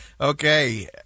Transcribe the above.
Okay